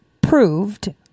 proved